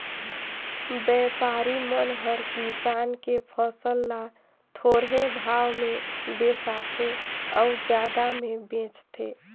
बेपारी मन हर किसान के फसल ल थोरहें भाव मे बिसाथें अउ जादा मे बेचथें